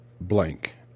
blank